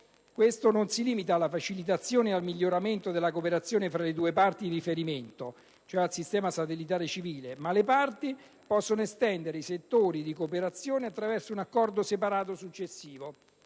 questo non si limita alla facilitazione e al miglioramento della cooperazione in riferimento al sistema satellitare civile, ma le parti possono estendere i settori di cooperazione, attraverso un accordo separato successivo,